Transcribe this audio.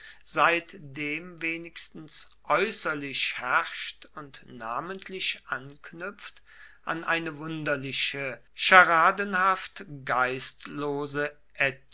seitdem wenigstens äußerlich herrscht und namentlich anknüpft an eine wunderliche scharadenhaft geistlose